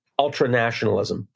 ultranationalism